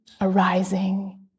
arising